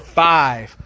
five